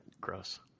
gross